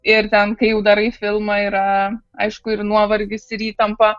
ir ten kai jau darai filmą yra aišku ir nuovargis ir įtampa